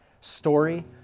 Story